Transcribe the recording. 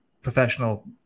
professional